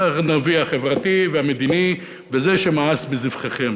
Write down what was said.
זה הנביא החברתי והמדיני וזה שמאס בזבחיכם,